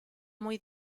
muy